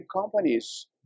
companies